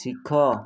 ଶିଖ